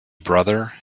brother